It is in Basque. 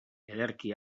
ederki